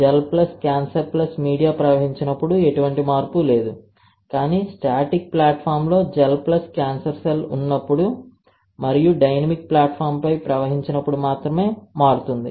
gel plus cancer plus media ప్రవహించినప్పుడు ఎటువంటి మార్పు లేదు కాని స్టాటిక్ ప్లాట్ఫామ్లో జెల్ ప్లస్ క్యాన్సర్ సెల్ ఉన్నప్పుడు మరియు డైనమిక్ ప్లాట్ఫాంపై ప్రవహించినప్పుడు మాత్రమే మారుతుంది